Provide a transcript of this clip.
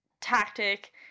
tactic